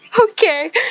Okay